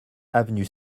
avenue